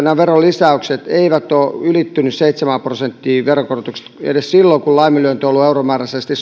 nämä veronkorotukset eivät ole ylittäneet seitsemää prosenttia edes silloin kun laiminlyönti on ollut euromääräisesti